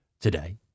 today